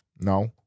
No